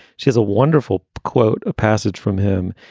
she's a wonderful quote, a passage from him,